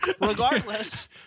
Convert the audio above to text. Regardless